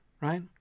Right